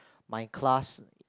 my class